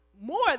more